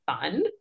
fun